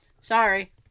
Sorry